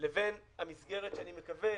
לבין המסגרת שאני מקווה